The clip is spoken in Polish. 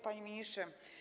Panie Ministrze!